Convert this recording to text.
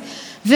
ולכן,